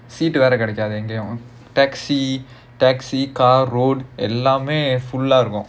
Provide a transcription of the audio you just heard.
seat வேற கிடைக்காது எங்கயும்:vera kidaikkaathu engayum taxi taxi car road எல்லாமே:ellaamae full ah இருக்கும்:irukkum